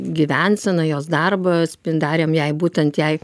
gyvenseną jos darbą spin darėm jai būtent jai